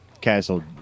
castle